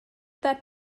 that